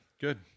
good